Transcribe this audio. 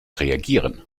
reagieren